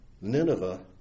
Nineveh